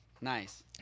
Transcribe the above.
Nice